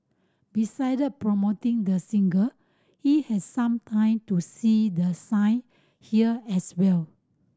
beside promoting the single he has some time to see the sight here as well